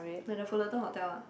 like the Fullerton hotel ah